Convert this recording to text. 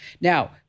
Now